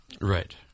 Right